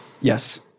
Yes